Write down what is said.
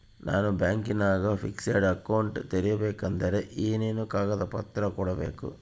ನಾನು ಬ್ಯಾಂಕಿನಾಗ fixed account ತೆರಿಬೇಕಾದರೆ ಏನೇನು ಕಾಗದ ಪತ್ರ ಕೊಡ್ಬೇಕು?